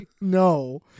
No